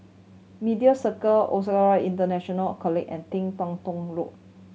Media Circle International College and Ting Teng Tong Road